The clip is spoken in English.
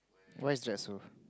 why is that so